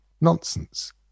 nonsense